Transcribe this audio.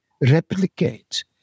replicate